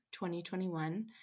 2021